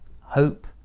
hope